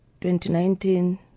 2019